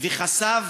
וחשף